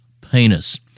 penis